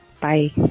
Bye